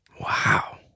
Wow